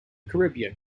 caribbean